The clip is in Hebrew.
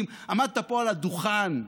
לא יכולתם להימנע?